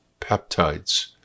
peptides